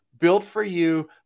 built-for-you